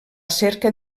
cerca